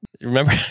Remember